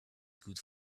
good